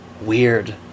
weird